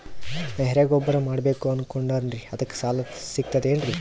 ನಾ ಎರಿಗೊಬ್ಬರ ಮಾಡಬೇಕು ಅನಕೊಂಡಿನ್ರಿ ಅದಕ ಸಾಲಾ ಸಿಗ್ತದೇನ್ರಿ?